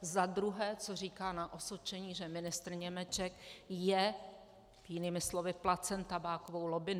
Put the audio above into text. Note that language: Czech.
Za druhé, co říká na osočení, že ministr Němeček je jinými slovy placen tabákovou lobby.